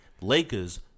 Lakers